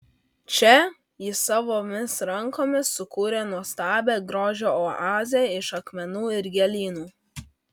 čia ji savomis rankomis sukūrė nuostabią grožio oazę iš akmenų ir gėlynų